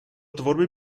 tvorby